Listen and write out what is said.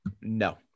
No